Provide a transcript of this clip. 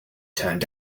turned